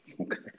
Okay